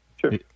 sure